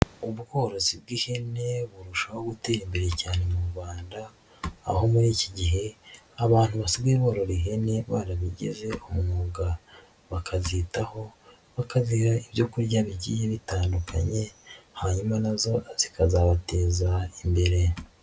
Ubworozi bw'ihene burushaho gutera imbere cyane mu Rwanda, aho muri iki gihe abantu basigaye borora ihene barabigize umwuga, bakazitaho bakaziha ibyo kurya bigiye bitandukanye hanyuma na zo zikazabateza imbere.